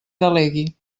delegui